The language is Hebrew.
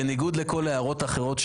אנחנו בחנו היטב את כל הכמויות של השמיות,